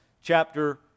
chapter